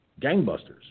gangbusters